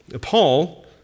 Paul